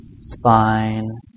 spine